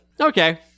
Okay